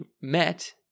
met